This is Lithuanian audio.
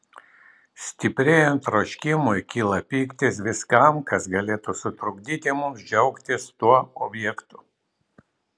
stiprėjant troškimui kyla pyktis viskam kas galėtų sutrukdyti mums džiaugtis tuo objektu